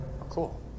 Cool